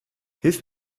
hilf